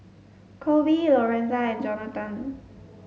Koby Lorenza and Johnathan